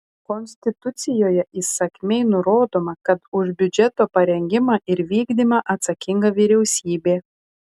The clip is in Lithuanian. konstitucijoje įsakmiai nurodoma kad už biudžeto parengimą ir vykdymą atsakinga vyriausybė